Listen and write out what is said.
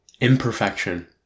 Imperfection